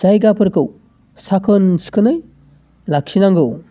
जायगाफोरखौ साखोन सिखोनै लाखिनांगौ